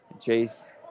Chase